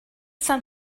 some